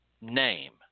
name